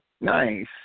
Nice